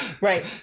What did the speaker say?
Right